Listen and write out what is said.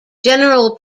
general